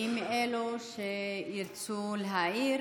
מי אלו שירצו להעיר?